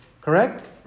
Correct